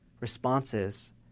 responses